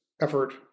effort